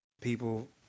People